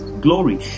glory